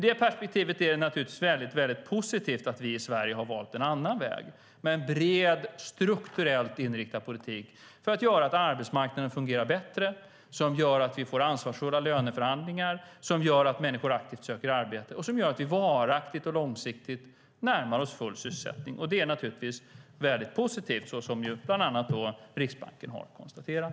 I det perspektivet är det naturligtvis väldigt positivt att vi i Sverige valt en annan väg med en bred, strukturellt inriktad politik för att se till att arbetsmarknaden fungerar bättre - en politik som gör att vi får ansvarsfulla löneförhandlingar, som gör att människor aktivt söker arbete och som gör att vi varaktigt och långsiktigt närmar oss full sysselsättning. Det är givetvis mycket positivt - som bland annat Riksbanken har konstaterat.